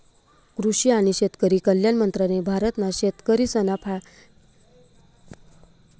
कृषि आणि शेतकरी कल्याण मंत्रालय भारत ना शेतकरिसना फायदा साठे काम करतस